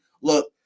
Look